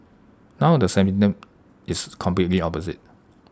now the sentiment is completely opposite